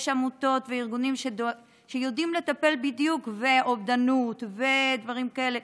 יש עמותות וארגונים שיודעים לטפל בדיוק באובדנות ובדברים כאלה,